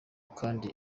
kandi